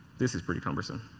this is pretty cumbersome.